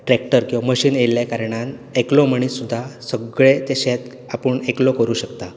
tractor किंवा machine येयल्ले कारणान सगळें तें शेत आपूण एकलो करूंक शकता